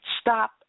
Stop